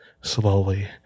slowly